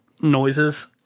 noises